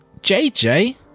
JJ